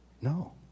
No